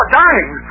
dying